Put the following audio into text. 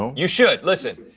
you should, listen,